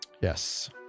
Yes